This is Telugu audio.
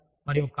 సరే